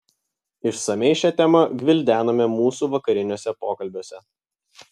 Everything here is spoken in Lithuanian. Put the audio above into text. išsamiai šią temą gvildenome mūsų vakariniuose pokalbiuose